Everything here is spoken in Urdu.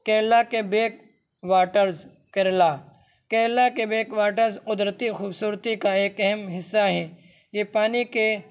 کیرلا کے بیک واٹرز کیرلا کیرلا کے بیک واٹرز قدرتی خوبصورتی کا ایک اہم حصہ ہے یہ پانی کے